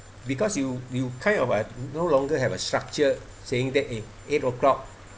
because you you kind of uh no longer have a structure saying that eh eight o'clock